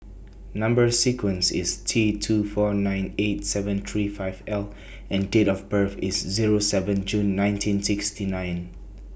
Number sequence IS T two four nine eight seven three five L and Date of birth IS Zero seven June nineteen sixty nine